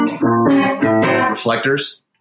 Reflectors